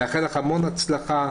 מאחל לך המון הצלחה.